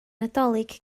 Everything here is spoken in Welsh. nadolig